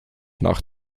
nach